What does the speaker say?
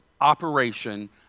operation